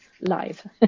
live